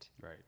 Right